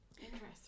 Interesting